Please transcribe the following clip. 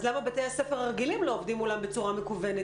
אז למה בתי הספר הרגילים לא עובדים מולם בצורה מקוונת?